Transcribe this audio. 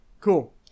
cool